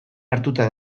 hartuta